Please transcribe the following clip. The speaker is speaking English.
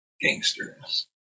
gangsters